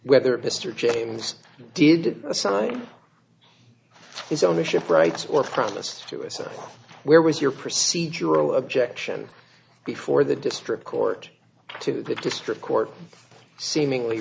whether mr james did sign his ownership rights or promised to a city where was your procedural objection before the district court to the district court seemingly